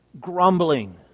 grumbling